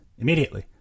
Immediately